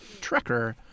Trekker